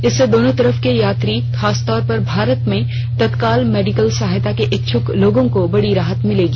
इससे दोनों तरफ के यात्रियों खासतौर से भारत में तत्काल मेडिकल सहायता के इच्छुक लोगों को बड़ी राहत मिलेगी